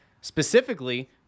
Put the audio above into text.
Specifically